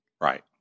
Right